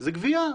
זו גבייה,